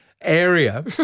area